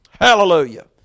hallelujah